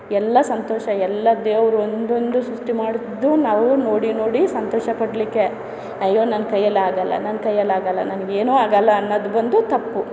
ಎಲ್ಲ ಸಂತೋಷ ಎಲ್ಲ ದೇವರು ಒಂದೊಂದು ಸೃಷ್ಠಿ ಮಾಡಿದ್ದು ನಾವು ನೋಡಿ ನೋಡಿ ಸಂತೋಷ ಪಡಲಿಕ್ಕೆ ಅಯ್ಯೋ ನನ್ನ ಕೈಯ್ಯಲ್ಲಿ ಆಗಲ್ಲ ನನ್ನಕೈಯ್ಯಲ್ಲಿ ಆಗಲ್ಲ ನನಗೇನು ಆಗಲ್ಲ ಅನ್ನೋದು ಬಂದು ತಪ್ಪು